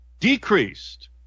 decreased